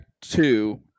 two